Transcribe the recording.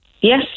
Yes